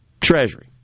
Treasury